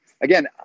Again